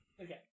okay